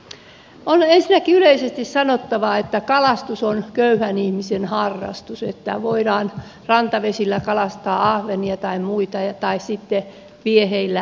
on ensinnäkin yleisesti sanottava että kalastus on köyhän ihmisen harrastus eli voidaan rantavesillä kalastaa ahvenia tai muita tai sitten vieheillä